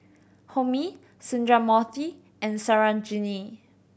Homi Sundramoorthy and Sarojini